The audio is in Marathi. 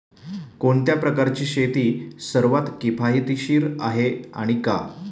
कोणत्या प्रकारची शेती सर्वात किफायतशीर आहे आणि का?